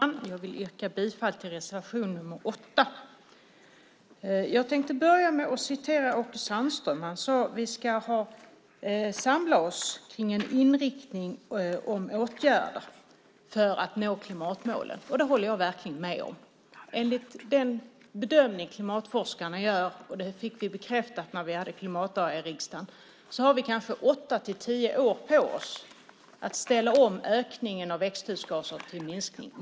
Fru talman! Jag vill yrka bifall till reservation 8. Jag tänkte börja med att citera Åke Sandström. Han sade att vi ska samla oss kring en inriktning om åtgärder för att nå klimatmålen. Det håller jag verkligen med om! Enligt den bedömning klimatforskarna gör, och det fick vi bekräftat när vi hade klimatdag här i riksdagen, har vi kanske 8-10 år på oss att ställa om ökningen av växthusgaserna till en minskning.